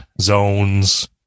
zones